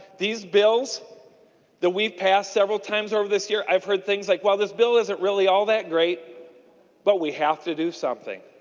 these bills that we passed several times over this year i've heard things like what this bill isn't really all that great but we have to do something.